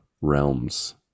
realms